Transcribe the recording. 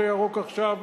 ל"ירוק עכשיו",